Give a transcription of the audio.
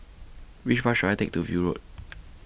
Which Bus should I Take to View Road